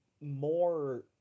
more